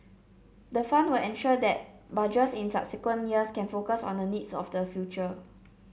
the fund will ensure that Budgets in subsequent years can focus on the needs of the future